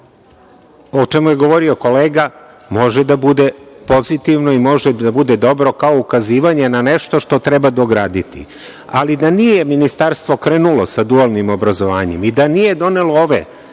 o čemu je govorio kolega može da bude pozitivno i može da bude dobro kao ukazivanje na nešto što treba dograditi. Ali, da nije ministarstvo krenulo sa dualnim obrazovanjem i da nije donelo ove